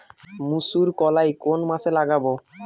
মুসুর কলাই কোন মাসে লাগাব?